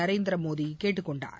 நரேந்திர மோடி கேட்டுக்கொண்டார்